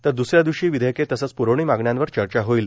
तर द्सन्या दिवशी विधेयके तसेच प्रवणी मागण्यांवर चर्चा होईल